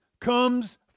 comes